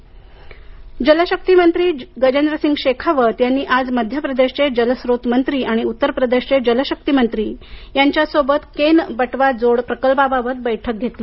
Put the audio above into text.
जलशक्ती मत्री जलशक्ती मंत्री गजेंद्रसिंग शेखावत यांनी आज मध्य प्रदेशचे जलस्रोत मंत्री आणि उत्तर प्रदेशचे जलशक्ती मंत्री यांच्यासोबत केन बटवा जोड प्रकल्पाबाबत बैठक घेतली